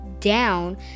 down